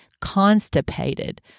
constipated